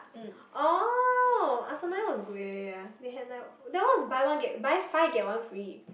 oh they had like that one was buy one buy five get one free